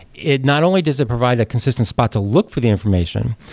it not only does it provide a consistent spot to look for the information,